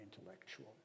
intellectual